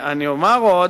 אני אומר עוד,